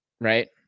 right